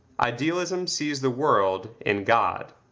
idealism sees the world in god.